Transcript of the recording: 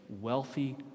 wealthy